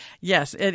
Yes